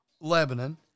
Lebanon